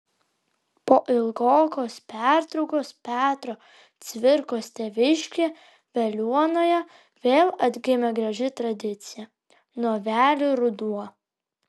po ilgokos pertraukos petro cvirkos tėviškėje veliuonoje vėl atgimė graži tradicija novelių ruduo